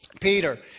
Peter